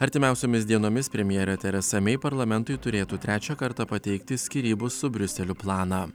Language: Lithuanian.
artimiausiomis dienomis premjerė teresa mei parlamentui turėtų trečią kartą pateikti skyrybų su briuseliu planą